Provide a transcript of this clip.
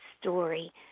story